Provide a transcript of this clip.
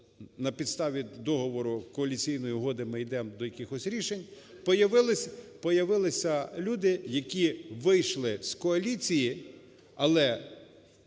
на підставі договору, Коаліційної угоди ми йдемо до якихось рішень. Появились... появилися люди, які вийшли з коаліції, але